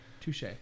touche